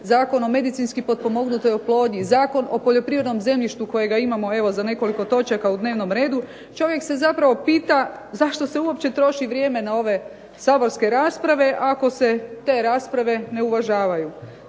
Zakon o medicinski potpomognutoj oplodnji, Zakon o poljoprivrednom zemljištu kojega imamo evo za nekoliko točaka u dnevnom redu, čovjek se zapravo pita zašto se uopće troši vrijeme na ove saborske rasprave, ako se te rasprave ne uvažavaju.